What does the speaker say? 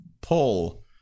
pull